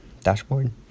dashboard